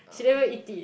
she never eat it